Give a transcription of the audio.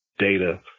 data